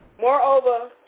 Moreover